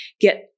get